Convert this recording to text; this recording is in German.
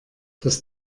das